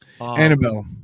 Annabelle